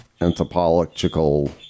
anthropological